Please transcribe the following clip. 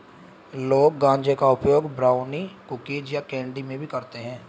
लोग गांजे का उपयोग ब्राउनी, कुकीज़ या कैंडी में भी करते है